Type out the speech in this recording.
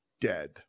dead